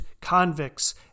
convicts